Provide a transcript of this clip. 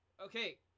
Okay